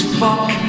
fuck